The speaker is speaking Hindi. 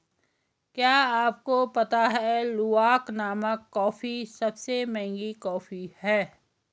क्या आपको पता है लूवाक नामक कॉफ़ी सबसे महंगी कॉफ़ी है?